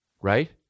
Right